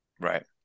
right